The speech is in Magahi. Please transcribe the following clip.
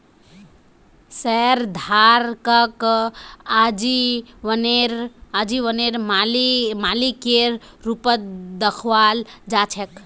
शेयरधारकक आजीवनेर मालिकेर रूपत दखाल जा छेक